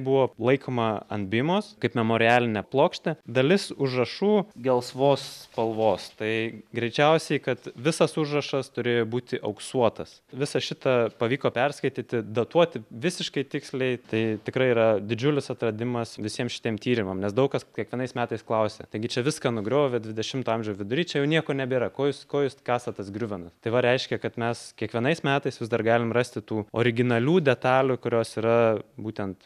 buvo laikoma ant bimos kaip memorialinė plokštė dalis užrašų gelsvos spalvos tai greičiausiai kad visas užrašas turėjo būti auksuotas visą šitą pavyko perskaityti datuoti visiškai tiksliai tai tikrai yra didžiulis atradimas visiem šitiem tyrimam nes daug kas kiekvienais metais klausia taigi čia viską nugriovė dvidešimto amžio vidury čia jau nieko nebėra ko jūs ko jūs kasat tas griuvenas tai va reiškia kad mes kiekvienais metais vis dar galim rasti tų originalių detalių kurios yra būtent